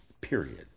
period